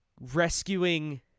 rescuing